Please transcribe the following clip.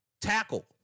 tackle